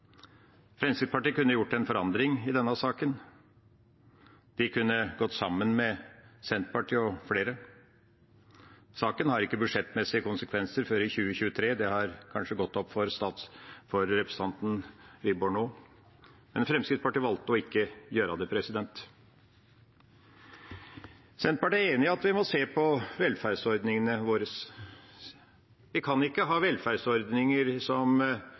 Fremskrittspartiet kunne gjort en forandring i denne saken. De kunne gått sammen med Senterpartiet og flere. Saken har ikke budsjettmessige konsekvenser før i 2023. Det har kanskje gått opp for representanten Wiborg nå. Men Fremskrittspartiet valgte å ikke gjøre det. Senterpartiet er enig i at vi må se på velferdsordningene våre. Vi kan ikke ha velferdsordninger som ikke har allmenn aksept, og som ikke er oppfattet som